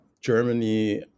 Germany